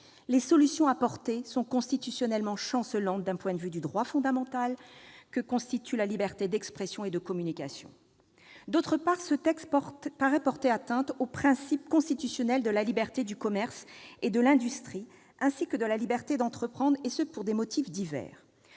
les solutions apportées sont constitutionnellement chancelantes à l'égard du droit fondamental que constitue la liberté d'expression et de communication. Par ailleurs, ce texte paraît porter atteinte aux principes constitutionnels de la liberté du commerce et de l'industrie ainsi que de la liberté d'entreprendre, pour des motifs divers.